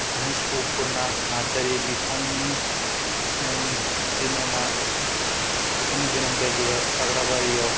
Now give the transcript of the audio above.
miss Apurna Narzary बिथांनि जोनोमा बिथांनि जोनोम जायगाया खाग्राबारियाव